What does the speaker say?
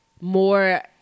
more